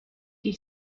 die